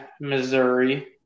Missouri